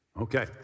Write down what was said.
Okay